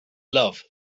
love